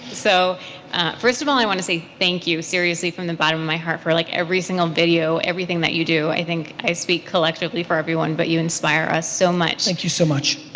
so first of all, i want to say thank you seriously from the bottom my heart for like every single video, everything that you do i think i speak collectively for everyone but you inspire us so much. thank you so much.